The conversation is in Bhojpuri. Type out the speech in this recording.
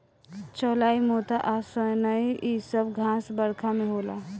चौलाई मोथा आ सनइ इ सब घास बरखा में होला